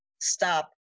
Stop